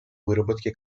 выработке